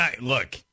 look